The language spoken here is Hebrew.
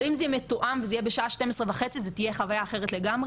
אבל אם זה יהיה מתואם וזה יהיה בשעה 12 וחצי זו תהיה חוויה אחרת לגמרי,